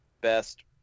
best